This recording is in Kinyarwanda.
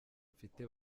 mfite